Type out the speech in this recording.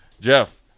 Jeff